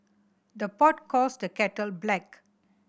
the pot calls the kettle black